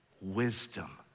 wisdom